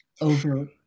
over